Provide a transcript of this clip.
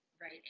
right